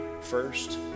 first